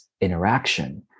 interaction